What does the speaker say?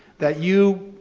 that you,